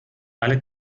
alle